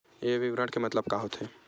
ये विवरण के मतलब का होथे?